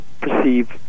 perceive